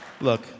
Look